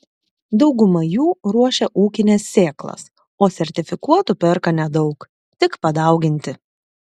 dauguma jų ruošia ūkines sėklas o sertifikuotų perka nedaug tik padauginti